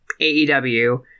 AEW